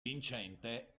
vincente